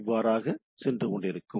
இவ்வாறாக சென்றுகொண்டிருக்கும்